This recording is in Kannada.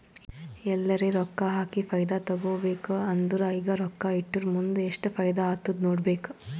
ಎಲ್ಲರೆ ರೊಕ್ಕಾ ಹಾಕಿ ಫೈದಾ ತೆಕ್ಕೋಬೇಕ್ ಅಂದುರ್ ಈಗ ರೊಕ್ಕಾ ಇಟ್ಟುರ್ ಮುಂದ್ ಎಸ್ಟ್ ಫೈದಾ ಆತ್ತುದ್ ನೋಡ್ಬೇಕ್